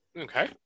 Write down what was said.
okay